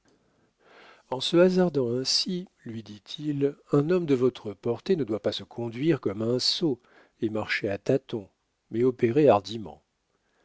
en se hasardant ainsi lui dit-il un homme de votre portée ne doit pas se conduire comme un sot et marcher à tâtons mais opérer hardiment